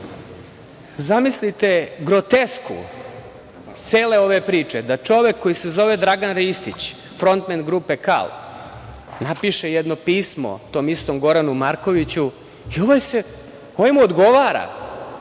sada grotesku cele ove priče da čovek koji se zove Dragan Ristić, frontmen grupe „Kal“, napiše jedno pismo tom istom Goranu Markoviću i ovaj mu odgovora.